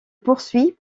poursuit